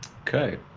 Okay